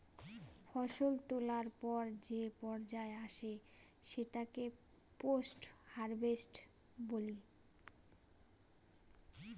ফসল তোলার পর যে পর্যায় আসে সেটাকে পোস্ট হারভেস্ট বলি